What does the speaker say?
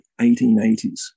1880s